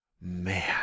Man